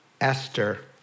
Esther